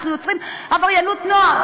אנחנו יוצרים עבריינות נוער.